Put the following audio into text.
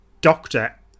doctor